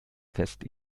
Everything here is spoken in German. fest